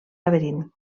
laberint